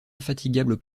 infatigable